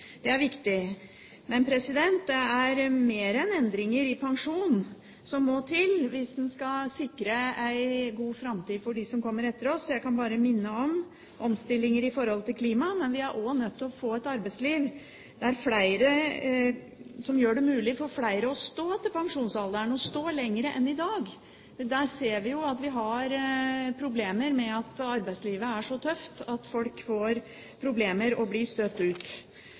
Det er viktig. Men det er mer enn endringer i pensjonssystemet som må til hvis en skal sikre en god framtid for dem som kommer etter oss – jeg kan bare minne om omstillinger med hensyn til klima. Vi er også nødt til å få et arbeidsliv som gjør det mulig for flere å stå til pensjonsalderen og stå lenger enn i dag. Vi ser at arbeidslivet er så tøft at folk får problemer og blir støtt ut.